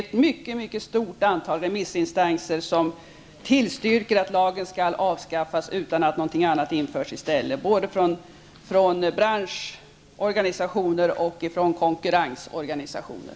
Ett mycket stort antal remissinstanser, både branschorganisationer och konkurrensorganisationer, tillstyrker att lagen skall avskaffas utan att något annat införs i stället.